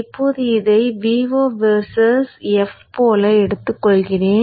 இப்போது இதை Vo versus f போல எடுத்துக்கொள்கிறேன்